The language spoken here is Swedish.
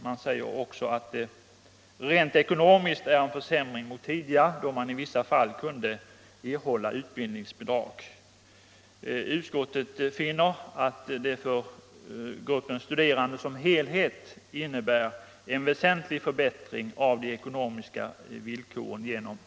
Fp säger också att det rent ekonomiskt är en försämring mot tidigare, då man i vissa fall kunde erhålla utbildningsbidrag. Utskottet finner att det här förslaget för gruppen studerande som helhet innebär en väsentlig förbättring av de ekonomiska villkoren.